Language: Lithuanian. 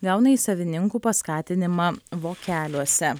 gauna iš savininkų paskatinimą vokeliuose